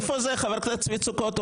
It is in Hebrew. חבר הכנסת צבי סוכות,